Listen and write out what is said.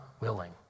willing